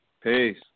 Peace